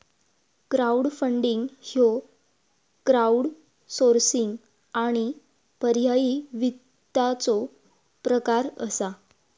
crowdfunding ह्यो crowdsourcing आणि पर्यायी वित्ताचो प्रकार असा